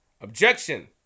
Objection